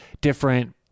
different